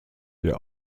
der